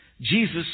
Jesus